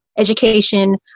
Education